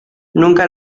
nunca